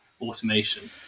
automation